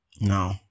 No